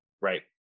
Right